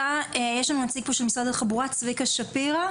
יש לנו נציג פה של משרד התחבורה, צביקה שפירא.